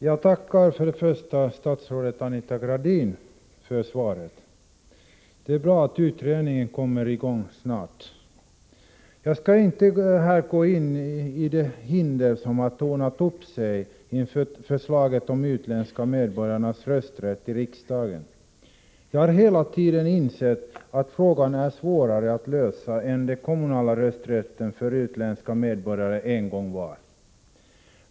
Herr talman! Jag tackar statsrådet Anita Gradin för svaret. Det är bra att utredningen kommer i gång snart. Jag skall inte gå in på de hinder som har tornat upp sig inför förslaget om utländska medborgares rösträtt vid val till riksdagen. Jag har hela tiden insett att frågan är svårare att lösa än frågan om den kommunala rösträtten för utländska medborgare en gång var.